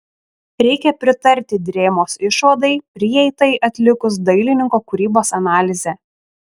reikia pritarti drėmos išvadai prieitai atlikus dailininko kūrybos analizę